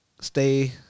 stay